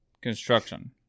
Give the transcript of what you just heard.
construction